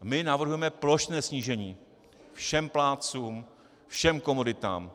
My navrhujeme plošné snížení všem plátcům, všem komoditám.